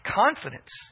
confidence